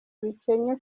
bikennye